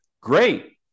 great